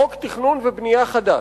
חוק תכנון ובנייה חדש.